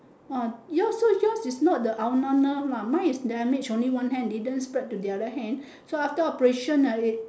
ah yours so yours is not the aunana lah my is damage only one hand didn't spread to the other hand so after operation ah it